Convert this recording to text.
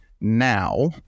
now